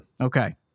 Okay